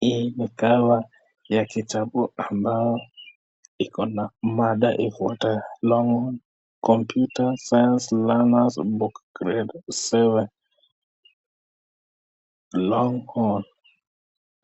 Hii ni dawa ya kitambo ambao ikona ambayo iko na mada longhorn computer science learners book grade seven longhorn